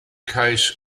case